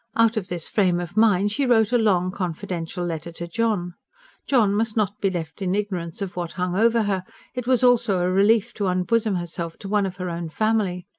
out of this frame of mind she wrote a long, confidential letter to john john must not be left in ignorance of what hung over her it was also a relief to unbosom herself to one of her own family.